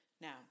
Now